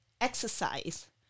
exercise